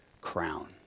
crown